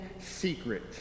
secret